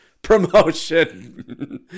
promotion